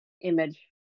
image